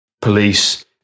police